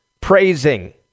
praising